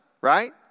right